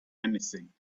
anything